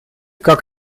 как